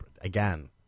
again